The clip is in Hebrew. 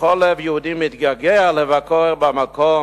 וכל לב יהודי מתגעגע לבקר במקום,